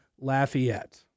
Lafayette